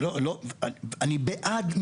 אני בעד,